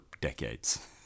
decades